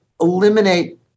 eliminate